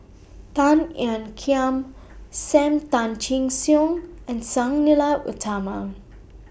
Tan Ean Kiam SAM Tan Chin Siong and Sang Nila Utama